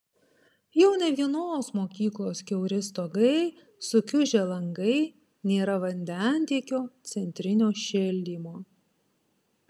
jau ne vienos mokyklos kiauri stogai sukiužę langai nėra vandentiekio centrinio šildymo